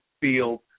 field